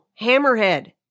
Hammerhead